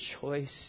choice